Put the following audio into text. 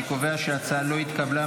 אני קובע שההצעה לא התקבלה,